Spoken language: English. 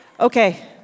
Okay